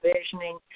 visioning